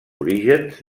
orígens